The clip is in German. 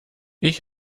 ich